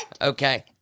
Okay